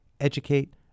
educate